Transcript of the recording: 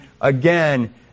again